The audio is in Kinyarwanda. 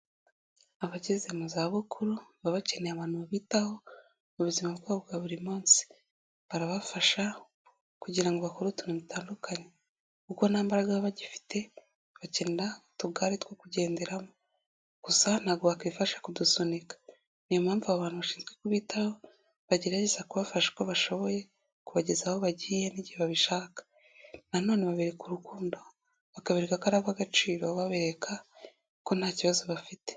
abageze mu zabukuru baba bakeneye abantutaho buzima bwabo bwa buri munsi barabafasha kugira ngo bakore utuntu dutandukanye kuko nta mbaraga bagifite bakene utugare two kugenderamo gusa ntabwo wakwifasha kudusunika niyo mpamvu aba bantu bashinzwe kubitaho bagerageza kubafasha uko bashoboye kubagezaho bagiye n'igihe babishaka nan nonene baberereka urukundo bakaberereka ko ari abo'agaciro babereka ko nta kibazo bafite